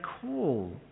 call